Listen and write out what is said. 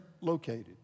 located